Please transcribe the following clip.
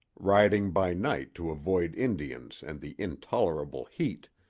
riding by night to avoid indians and the intolerable heat,